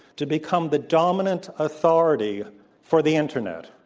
to become the dominant authority for the internet,